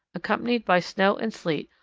accompanied by snow and sleet,